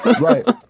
Right